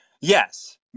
Yes